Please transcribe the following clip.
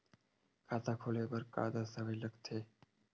खाता खोले बर का का दस्तावेज लगथे?